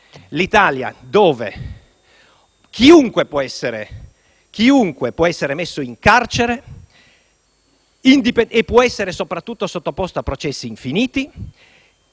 Un'Italia dove chiunque può essere messo in carcere e soprattutto sottoposto a processi infiniti,